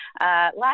Last